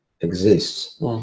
exists